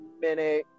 minute